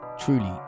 Truly